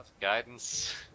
Guidance